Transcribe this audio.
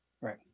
Right